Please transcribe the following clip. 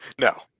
no